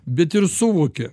bet ir suvokė